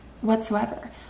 whatsoever